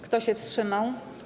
Kto się wstrzymał?